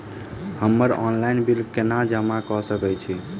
हम्मर online bill कोना जमा कऽ सकय छी?